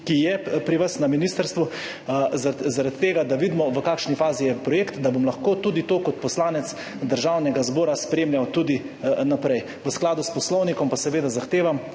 ki je pri vas na ministrstvu, zaradi tega, da vidimo, v kakšni fazi je projekt, da bom lahko to kot poslanec Državnega zbora spremljal tudi naprej. V skladu s Poslovnikom pa seveda zahtevam,